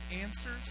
answers